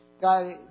God